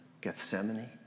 Gethsemane